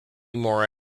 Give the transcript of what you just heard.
more